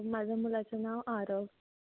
माझ्या मुलाचं नाव आरव